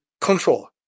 control